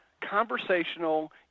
conversational